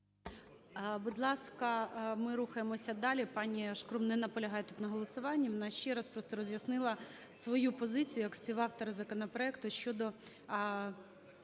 Будь ласка, ми рухаємося далі, пані Шкрум не наполягає тут на голосуванні, вона ще раз просто роз'яснила свою позицію як співавтор законопроекту щодо